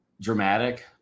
dramatic